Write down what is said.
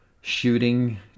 shooting